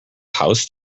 house